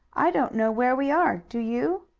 i don't know where we are do you?